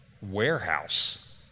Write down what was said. warehouse